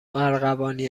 ارغوانی